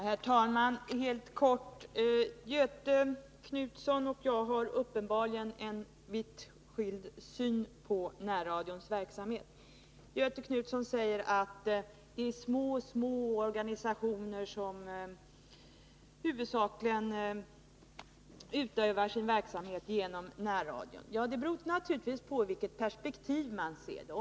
Herr talman! Helt kort! Göthe Knutson har uppenbarligen en syn på närradions verksamhet som är vitt skild från min. Göthe Knutson säger att det är små, små organisationer som huvudsakligen utövar sin verksamhet genom närradion. Ja, det beror naturligtvis på i vilket perspektiv man ser det.